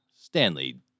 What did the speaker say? Stanley